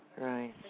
Right